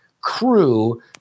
crew